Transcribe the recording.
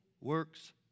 works